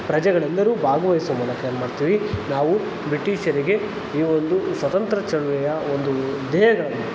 ಪ್ರಜೆಗಳೆಲ್ಲರೂ ಭಾಗವಹಿಸುವ ಮೂಲಕ ಏನು ಮಾಡ್ತೀವಿ ನಾವು ಬ್ರಿಟಿಷರಿಗೆ ಈ ಒಂದು ಸ್ವತಂತ್ರ ಚಳುವಳಿಯ ಒಂದು ಧ್ಯೇಯಗಳನ್ನು